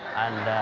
and